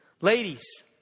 Ladies